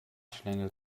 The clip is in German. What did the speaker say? schlängelt